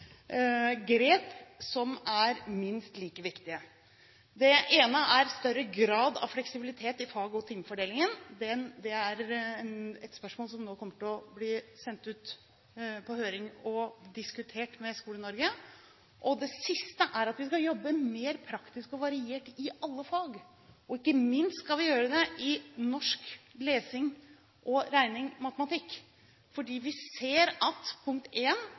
er minst like viktige. Det ene er større grad av fleksibilitet i fag- og timefordelingen. Det er et spørsmål som nå kommer til å bli sendt ut på høring og diskutert med Skole-Norge. Det andre er at vi skal jobbe mer praktisk og variert i alle fag – ikke minst i norsk, lesing og regning/matematikk. For vi ser – punkt